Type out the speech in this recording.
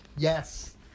yes